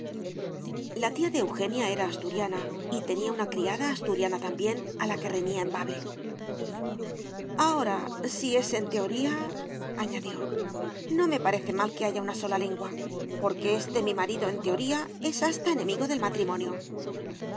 la tía de eugenia era asturiana y tenía una criada asturiana también a la que reñía en bable ahora si es en teoríaañadió no me parece mal que haya una sola lengua porque este mi marido en teoría es hasta enemigo del matrimonio